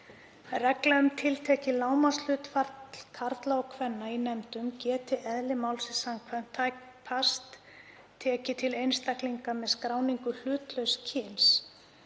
„Regla um tiltekið lágmarkshlutfall karla og kvenna í nefndum geti eðli málsins samkvæmt tæpast tekið til einstaklinga með skráningu hlutlauss kyns